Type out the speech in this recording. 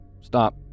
Stop